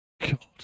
God